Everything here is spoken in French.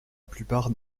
plupart